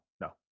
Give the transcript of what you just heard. no